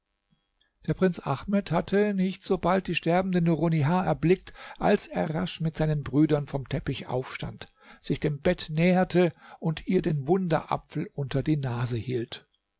der prinz ahmed hatte nicht sobald die sterbende nurunnihar erblickt als er rasch mit seinen brüdern vom teppich aufstand sich dem bett näherte und ihr den wunderapfel unter die nase hielt